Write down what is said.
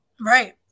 Right